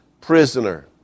prisoner